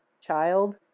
child